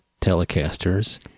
Telecasters